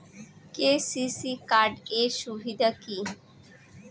KCC card এর সুবিধা কি?